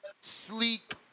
sleek